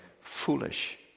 foolish